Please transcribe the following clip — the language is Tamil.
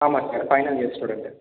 ஆமாம் சார் ஃபைனல் இயர் ஸ்டூடண்ட்டு